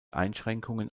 einschränkungen